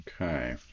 okay